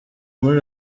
muri